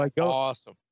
awesome